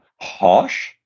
harsh